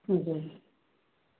हजुर